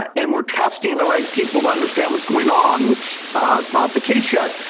and we're testing the right people to understand what's going on, which is not the case yet,